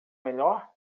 melhor